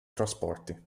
trasporti